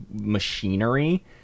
machinery